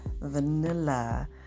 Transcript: vanilla